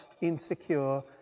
insecure